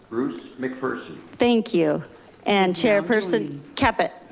bruce mcpherson, thank you and chairperson caput.